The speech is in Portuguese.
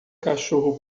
cachorro